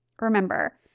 Remember